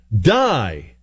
Die